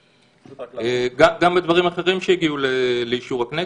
גם בדברים אחרים שהגיעו לאישור הכנסת,